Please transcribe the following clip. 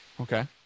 Okay